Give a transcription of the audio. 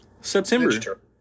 September